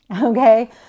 okay